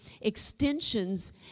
extensions